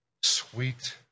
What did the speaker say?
sweet